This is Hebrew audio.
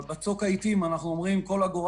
אבל בצוק העתים אנחנו אומרים: כל אגורה